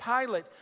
Pilate